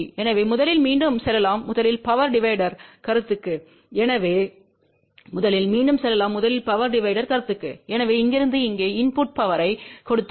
எனவே முதலில் மீண்டும் செல்லலாம் முதலில் பவர் டிவைடர் கருத்துக்கு எனவே இங்கிருந்து இங்கே இன்புட்டு பவர்யைக் கொடுத்தோம்